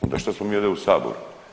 Onda šta smo mi ovdje u Saboru?